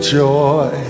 joy